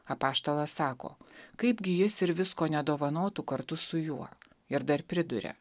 apaštalas sako kaipgi jis ir visko nedovanotų kartu su juo ir dar priduria